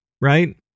right